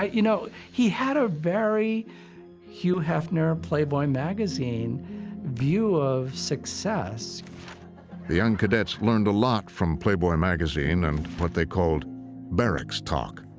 ah you know, he had a very hugh hefner, ah playboy magazine view of success. narrator the young cadets learned a lot from playboy magazine and what they called barracks talk.